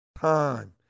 time